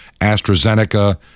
AstraZeneca